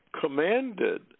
commanded